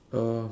uh